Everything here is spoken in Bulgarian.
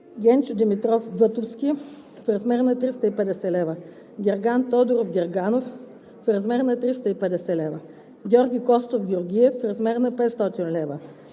Генчо Димитров Вътовски – в размер 350 лв. 14. Герган Тодоров Герганов – в размер 350 лв. 15. Георги Костов Георгиев – в размер 500 лв.